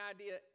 idea